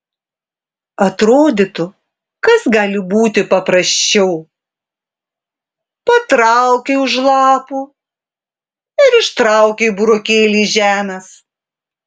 atrodytų kas gali būti paprasčiau patraukei už lapų ir ištraukei burokėlį iš žemės